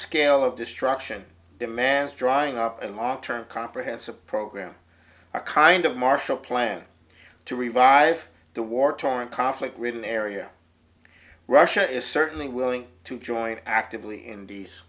scale of destruction demands drying up and long term comprehensive program a kind of marshall plan to revive the war torn conflict ridden area russia is certainly willing to join actively